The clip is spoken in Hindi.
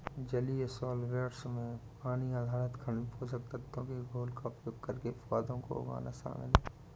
जलीय सॉल्वैंट्स में पानी आधारित खनिज पोषक तत्वों के घोल का उपयोग करके पौधों को उगाना शामिल है